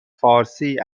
فارسی